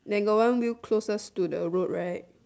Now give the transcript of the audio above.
then got one wheel closest to the road right